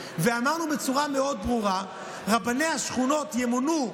ואמרנו בצורה מאוד ברורה: רבני השכונות ימונו,